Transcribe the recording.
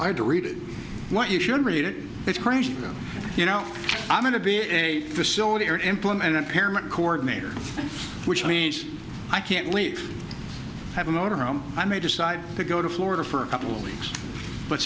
i had to read what you should read it it's crazy you know i'm going to be a facility or implemented parent coordinator which means i can't leave have a motorhome i may decide to go to florida for a couple of weeks but